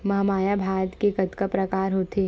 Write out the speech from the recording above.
महमाया भात के कतका प्रकार होथे?